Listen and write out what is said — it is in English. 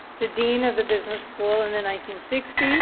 to dean of the business school in the nineteen sixty s,